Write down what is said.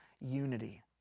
unity